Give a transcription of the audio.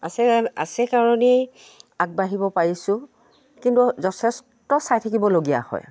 আছে আছে কাৰণেই আগবাঢ়িব পাৰিছোঁ কিন্তু যথেষ্ট চাই থাকিবলগীয়া হয়